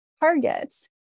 targets